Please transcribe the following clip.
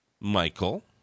Michael